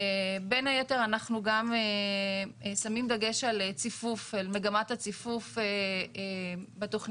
בין היתר אנחנו גם שמים דגש על מגמת הציפוף בתכניות,